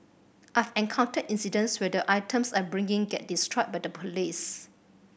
I've encountered incidents where the items I bring in get destroyed by the police